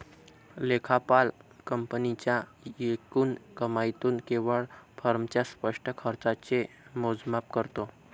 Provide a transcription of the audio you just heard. लेखापाल कंपनीच्या एकूण कमाईतून केवळ फर्मच्या स्पष्ट खर्चाचे मोजमाप करतो